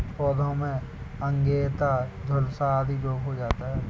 पौधों में अंगैयता, झुलसा आदि रोग हो जाता है